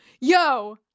Yo